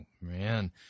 Man